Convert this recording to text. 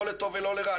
לא לטוב ולא לרע,